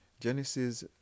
Genesis